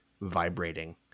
vibrating